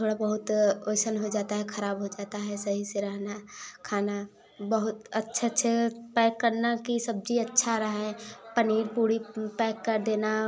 थोड़ा बहुत ओइसन होइ जाता है खराब हो जाता है सही से रहना खाना बहुत अच्छा छा पैक करना कि सब्ज़ी अच्छा रहे पनीर पूड़ी पैक कर देना